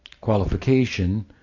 qualification